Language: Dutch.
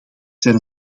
zijn